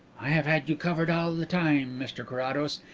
i have had you covered all the time, mr carrados,